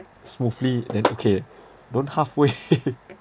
smoothly then okay don't halfway